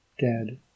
dead